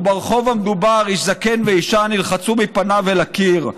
/ וברחוב המודבר / איש זקן ואישה / נלחצו מפניו אל הקיר.